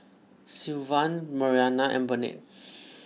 Sylvan Marianna and Burnett